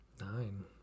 Nine